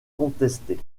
contestés